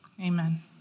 Amen